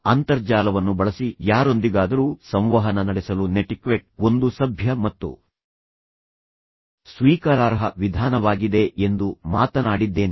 ಅಂತರ್ಜಾಲವನ್ನು ಬಳಸಿ ಯಾರೊಂದಿಗಾದರೂ ಸಂವಹನ ನಡೆಸಲು ನೆಟಿಕ್ವೆಟ್ ಒಂದು ಸಭ್ಯ ಮತ್ತು ಸ್ವೀಕಾರಾರ್ಹ ವಿಧಾನವಾಗಿದೆ ಎಂದು ಮಾತನಾಡಿದ್ದೇನೆ